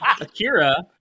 Akira